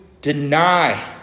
deny